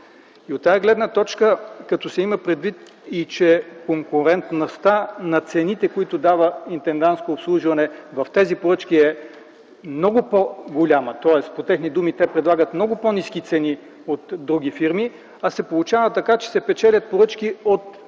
От тази гледна точка и като се има предвид, че конкурентността на цените, които дава „Интендантско обслужване” в тези поръчки, e много по-голяма, тоест по техни думи те предлагат много по-ниски цени от други фирми, а се получава така, че се печелят поръчки от